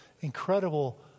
incredible